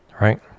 right